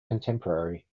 contemporary